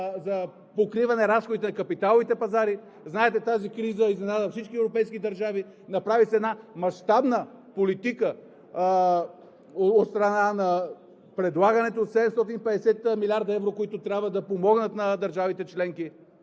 покриване на разходите на капиталовите пазари. Знаете, тази криза изненада всички европейски държави, направи се една мащабна политика от страна на предлагането от 750 млрд. евро, които трябва да помогнат на държавите членки